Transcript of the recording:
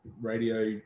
radio